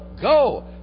go